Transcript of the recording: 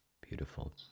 Beautiful